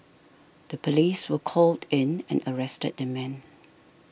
the police were called in and arrested the man